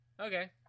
Okay